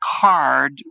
card